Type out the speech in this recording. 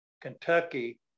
Kentucky